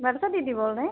वर्षा दीदी बोल रहे हैं